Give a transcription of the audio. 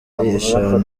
eshanu